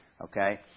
Okay